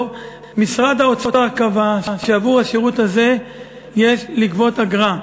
משרד האוצר קבע שעבור השירות הזה יש לגבות אגרה.